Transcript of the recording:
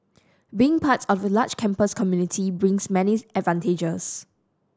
being part of a large campus community brings many advantages